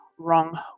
wrong